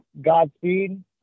Godspeed